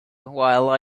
while